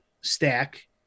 stack